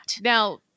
Now